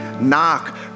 knock